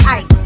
ice